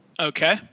Okay